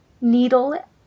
needle